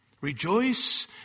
Rejoice